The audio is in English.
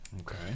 Okay